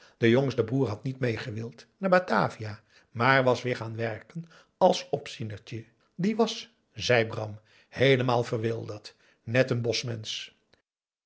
de jongste broer had niet mee gewild naar batavia maar was weer gaan werken als opzienertje die was zei bram heelemaal verwilderd net n boschmensch